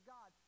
God